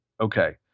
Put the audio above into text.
okay